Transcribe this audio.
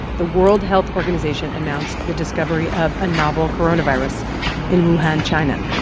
the world health organization announced the discovery of a novel coronavirus in wuhan, china.